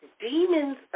demons